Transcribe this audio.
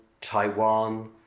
Taiwan